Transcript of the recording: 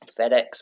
FedEx